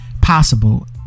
possible